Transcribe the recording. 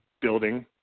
building